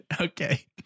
Okay